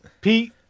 Pete